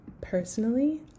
Personally